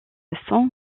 san